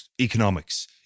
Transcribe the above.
economics